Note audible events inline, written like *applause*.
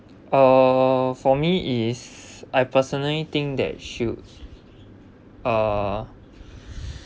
uh for me is I personally think that should uh *breath*